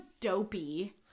dopey